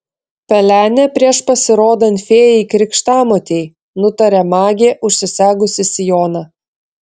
pelenė prieš pasirodant fėjai krikštamotei nutarė magė užsisegusi sijoną